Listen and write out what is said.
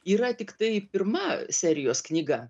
yra tiktai pirma serijos knyga